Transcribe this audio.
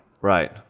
Right